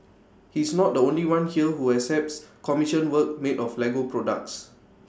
he is not the only one here who accepts commissioned work made of Lego products